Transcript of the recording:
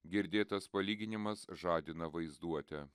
girdėtas palyginimas žadina vaizduotę